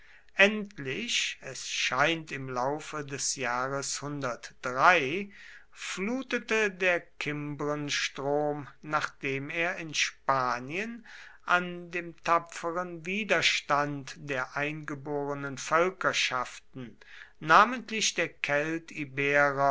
endlich es scheint im laufe des jahres flutete der kimbrenstrom nachdem er in spanien an dem tapferen widerstand der eingeborenen völkerschaften namentlich der